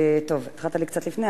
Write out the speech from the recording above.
התחלת לי קצת לפני,